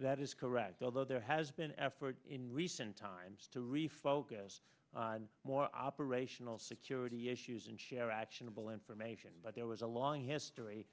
that is correct although there has been an effort in recent times to refocus on more operational security issues and share actionable information but there was a long history